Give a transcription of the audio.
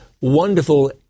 Wonderful